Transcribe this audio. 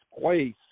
place